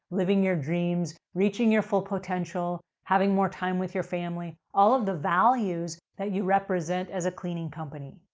living your dreams, reaching your full potential, having more time with your family, all of the values that you represent as a cleaning company.